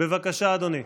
בבקשה, אדוני.